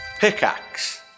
Pickaxe